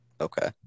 Okay